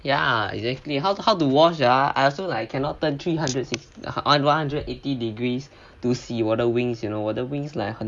ya exactly how to how to wash ah I also like cannot turn three hundred eh one hundred and eighty degrees to 洗我的 wings you know 我的 wings like